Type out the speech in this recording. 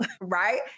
right